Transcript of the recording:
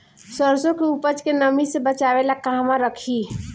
सरसों के उपज के नमी से बचावे ला कहवा रखी?